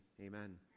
amen